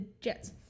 Jets